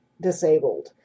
disabled